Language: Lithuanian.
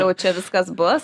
jau čia viskas bus